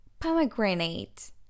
Pomegranate